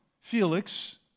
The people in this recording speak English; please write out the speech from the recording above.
Felix